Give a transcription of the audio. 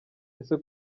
ese